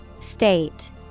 State